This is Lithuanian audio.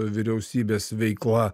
vyriausybės veikla